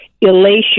elation